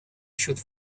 should